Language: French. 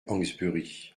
hawksbury